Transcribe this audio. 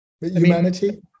Humanity